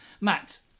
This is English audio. Matt